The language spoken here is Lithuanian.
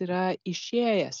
yra išėjęs